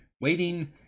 waiting